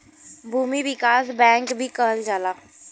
भूमि विकास बैंक भी कहल जाला